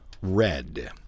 Red